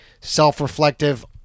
self-reflective